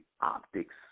optics